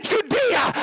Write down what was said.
Judea